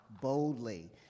boldly